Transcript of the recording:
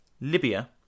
Libya